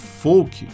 folk